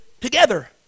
together